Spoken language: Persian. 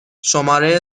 شماره